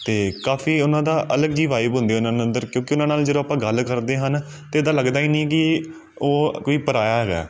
ਕਾਫ਼ੀ ਉਹਨਾਂ ਦਾ ਅਲੱਗ ਜਿਹੀ ਵਾਇਵ ਹੁੰਦੀ ਹੈ ਉਹਨਾਂ ਨੂੰ ਅੰਦਰ ਕਿਉਂਕਿ ਉਹਨਾਂ ਨਾਲ ਜੋ ਆਪਾਂ ਗੱਲ ਕਰਦੇ ਹਨ ਤਾਂ ਇੱਦਾਂ ਲੱਗਦਾ ਹੀ ਨਹੀਂ ਕਿ ਉਹ ਕੋਈ ਪਰਾਇਆ ਹੈਗਾ